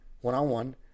one-on-one